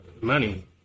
money